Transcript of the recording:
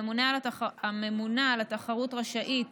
הממונה על התחרות רשאית